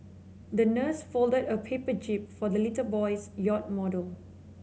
the nurse folded a paper jib for the little boy's yacht model